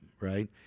Right